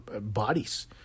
bodies